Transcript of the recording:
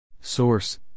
Source